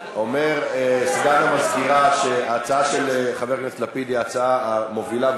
אומר סגן המזכירה שההצעה של חבר הכנסת לפיד היא ההצעה המובילה,